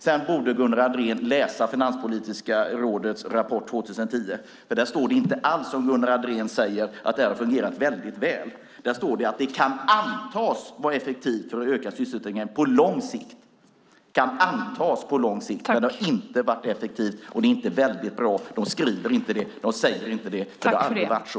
Sedan borde Gunnar Andrén läsa Finanspolitiska rådets rapport, 2010, för där står det inte alls, som Gunnar Andrén säger, att det här har fungerat väldigt väl. Där står det att det kan antas vara effektivt för att öka sysselsättningen på lång sikt. Men det har inte varit effektivt, och det är inte väldigt bra. De skriver inte det. De säger inte det. Det har aldrig varit så.